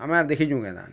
ଆମେ ଦେଖି ଯିବୁଁ କେତେବେଳେ